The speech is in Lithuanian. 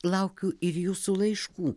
laukiu ir jūsų laiškų